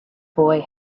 boy